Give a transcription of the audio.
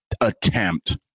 attempt